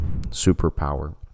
superpower